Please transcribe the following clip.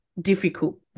difficult